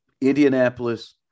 Indianapolis